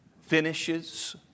finishes